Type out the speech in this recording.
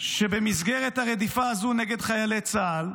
שבמסגרת הרדיפה הזו נגד חיילי צה"ל,